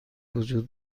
وجود